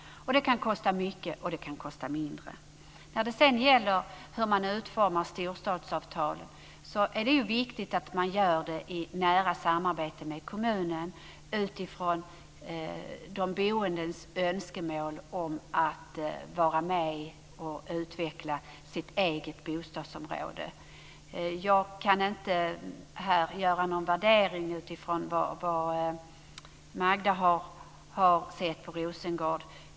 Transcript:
Det kan kosta mycket, och det kan kosta mindre. När det sedan gäller hur man utformar storstadsavtalen vill jag säga att det är viktigt att man gör det i nära samarbete med kommunen utifrån de boendes önskemål om att vara med och utveckla sitt eget bostadsområde. Jag kan inte här göra någon värdering utifrån vad Magda har sett på Rosengård.